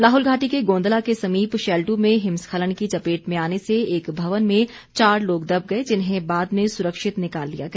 लाहौल घाटी के गोंदला के समीप शैल्टू में हिमस्खलन की चपेट में आने से एक भवन में चार लोग दब गए जिन्हें बाद में सुरक्षित निकाल लिया गया